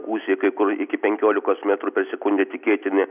gūsiai kai kur iki penkiolikos metrų per sekundę tikėtini